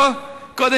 טוב.